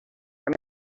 from